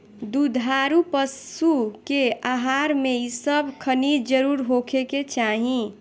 दुधारू पशु के आहार में इ सब खनिज जरुर होखे के चाही